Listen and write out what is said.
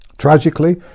Tragically